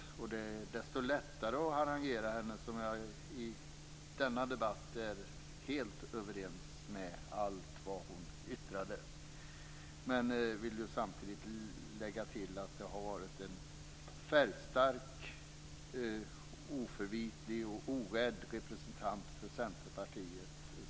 Det är desto lättare att harangera henne som jag i denna debatt är helt överens med allt det hon yttrade. Men jag vill samtidigt lägga till att hon har varit en färgstark, oförvitlig och oväldig representant för Centerpartiet.